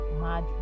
mad